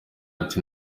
ati